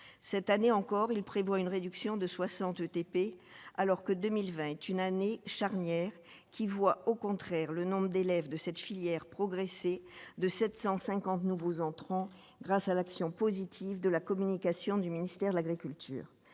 cette année encore, il prévoit une réduction de 60 ETP, alors que 2020 est une année charnière qui voit au contraire le nombre d'élèves de cette filière, progressé de 750 nouveaux entrants grâce à l'action positive de la communication du ministère de l'Agriculture,